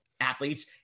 athletes